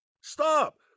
stop